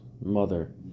mother